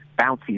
bouncy